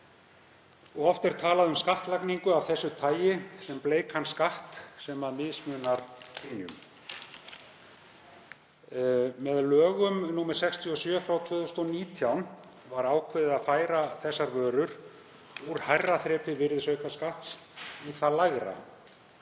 Oft er talað um skattlagningu af þessu tagi sem bleikan skatt sem mismunar kynjum. Með lögum nr. 67/2019 var ákveðið að færa þessar vörur úr hærra þrepi virðisaukaskatts í það lægra.